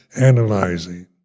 analyzing